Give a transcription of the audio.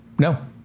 No